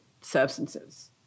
substances